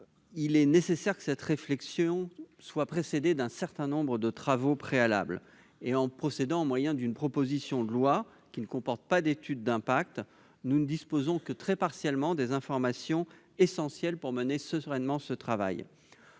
Toutefois, cette réflexion doit être précédée d'un certain nombre de travaux. En procédant au moyen d'une proposition de loi qui ne comporte pas d'étude d'impact, nous ne disposons que très partiellement des informations essentielles pour mener sereinement ce travail.